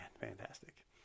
fantastic